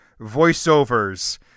voiceovers